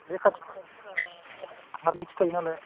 बे खाथि खालानिफोरा एसे हा मिक्स थायो नालाय